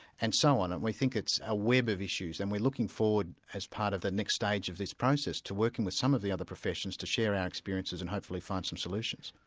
and so on. and we think it's a web of issues, and we're looking forward as part of the next stage of this process, to working with some of the other professions to share our experiences and hopefully find some solutions.